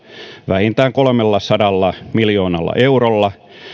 vähintään kolmellasadalla miljoonalla eurolla